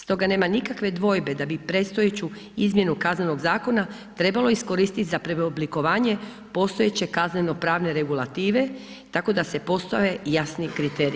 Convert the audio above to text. Stoga nema nikakve dvojbe da bi predstojeću izmjenu Kaznenog zakona trebalo iskoristit za preoblikovanje postojeće kazneno pravne regulative, tako da se postave jasni kriteriji.